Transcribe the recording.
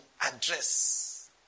address